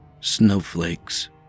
Snowflakes